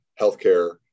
healthcare